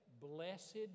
blessed